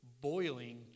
boiling